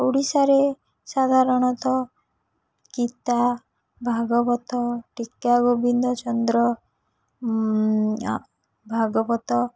ଓଡ଼ିଶାରେ ସାଧାରଣତଃ ଗୀତା ଭାଗବତ ଟୀକା ଗୋବିନ୍ଦ ଚନ୍ଦ୍ର ଭାଗବତ